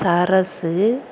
Sarasu